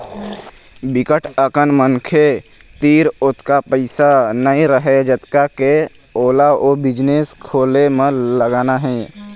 बिकट अकन मनखे तीर ओतका पइसा नइ रहय जतका के ओला ओ बिजनेस खोले म लगाना हे